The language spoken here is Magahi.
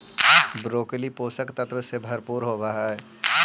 ब्रोकली पोषक तत्व से भरपूर होवऽ हइ